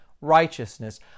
righteousness